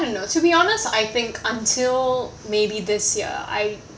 I don't know to be honest I think until maybe this year I